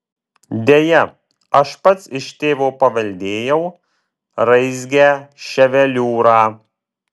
deja aš pats iš tėvo paveldėjau raizgią ševeliūrą